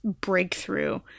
breakthrough